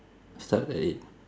start at eight